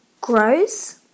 grows